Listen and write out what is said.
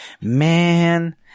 man